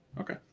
Okay